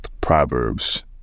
Proverbs